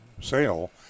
sale